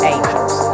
Angels